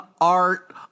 art